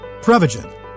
Prevagen